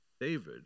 David